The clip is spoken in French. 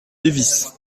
lévis